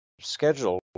scheduled